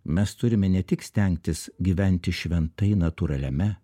mes turime ne tik stengtis gyventi šventai natūraliame